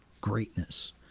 greatness